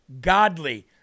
godly